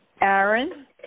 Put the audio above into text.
Aaron